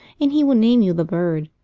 and he will name you the bird.